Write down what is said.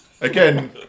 again